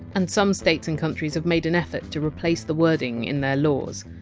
and some states and countries have made an effort to replace the wording in their laws.